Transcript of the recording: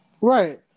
Right